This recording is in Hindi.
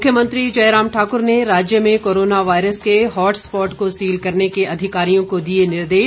मुख्यमंत्री जयराम ठाक्र ने राज्य में कोरोना वायरस के हॉटस्पॉट को सील करने के अधिकारियों को दिए निर्देश